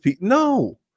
No